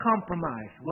compromise